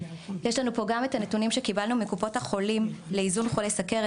יש לנו פה גם את הנתונים שקיבלנו מקופות החולים לאיזון חולי סוכרת,